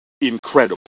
incredible